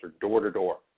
door-to-door